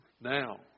Now